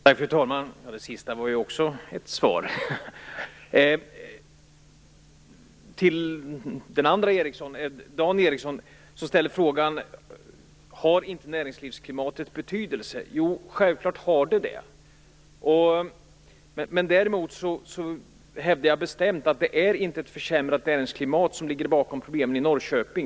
Fru talman! Det sista var ju också ett svar! Dan Ericsson ställde frågan: Har inte näringslivsklimatet betydelse? Jo, självklart har det betydelse. Men däremot hävdar jag bestämt att det inte är ett försämrat näringsklimat som ligger bakom problemen i Norrköping.